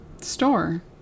Store